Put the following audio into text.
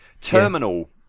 Terminal